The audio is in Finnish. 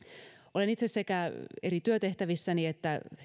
olen itse sekä eri työtehtävissäni että